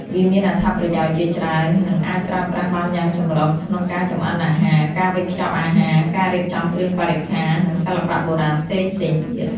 វាមានអត្ថប្រយោជន៍ជាច្រើន និងអាចប្រើប្រាស់បានយ៉ាងចម្រុះ ក្នុងការចម្អិនអាហារ ការវេចខ្ចប់អាហារ ការរៀបចំគ្រឿងបរិក្ខារ និងសិល្បៈបុរាណផ្សេងៗទៀត។